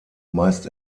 meist